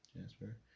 Jasper